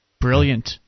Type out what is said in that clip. Brilliant